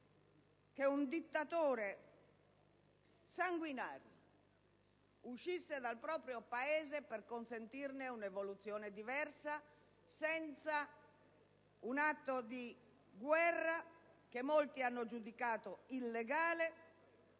che un dittatore sanguinario uscisse dal proprio Paese per consentirne un'evoluzione diversa, senza un atto di guerra che molti hanno giudicato illegale